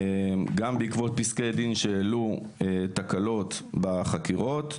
גם בעקבות פסקי דין שהעלו תקלות בחקירות למשל,